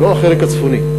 זה לא החלק הצפוני.